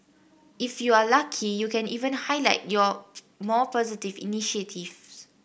if you are lucky you can even highlight your more positive initiatives